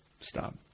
Stop